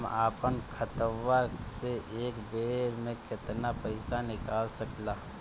हम आपन खतवा से एक बेर मे केतना पईसा निकाल सकिला?